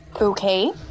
Okay